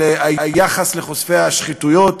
של היחס לחושפי שחיתויות.